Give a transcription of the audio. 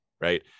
right